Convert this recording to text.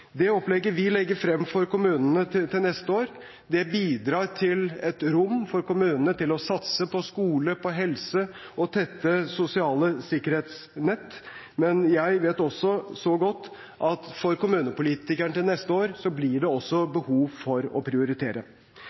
Det opplegget vi legger frem for kommunene til neste år, bidrar til et rom for kommunene til å satse på skole, helse og tette sosiale sikkerhetsnett, men jeg vet godt at det for kommunepolitikerne også neste år blir behov for å prioritere.